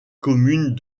commune